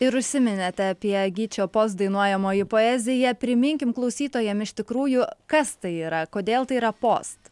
ir užsiminėte apie gyčio postdainuojamoji poezija priminkim klausytojam iš tikrųjų kas tai yra kodėl tai yra post